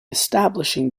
establishing